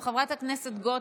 חברת הכנסת גוטליב,